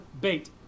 bait